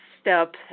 step